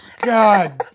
God